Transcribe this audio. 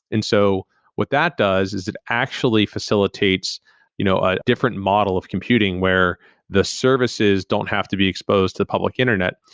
and so what that does is it actually facilitates you know a different model of computing, where the services don't have to be exposed to the public internet.